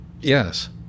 Yes